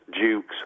Dukes